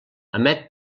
emet